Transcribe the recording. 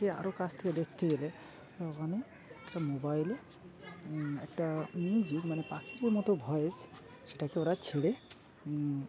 কআরও কাছ থেকে দেখতে গেলে ওখানেটা মোবাইলে একটা মিউজিক মানে পাখির মতো ভয়েস সেটাকে ওরা ছেড়ে